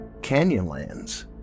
Canyonlands